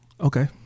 Okay